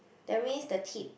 that means the tip